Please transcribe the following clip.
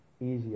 easier